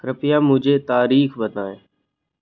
कृपया मुझे तारीख बताएँ